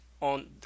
on